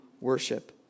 worship